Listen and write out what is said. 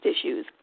issues